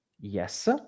Yes